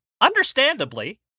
understandably